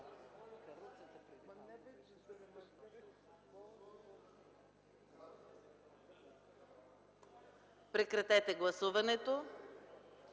Прекратете гласуването.